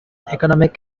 economic